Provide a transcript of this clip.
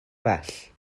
bell